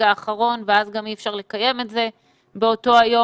האחרון ואז גם אי אפשר לקיים את זה באותו היום.